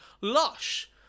Lush